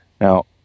now